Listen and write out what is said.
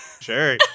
Sure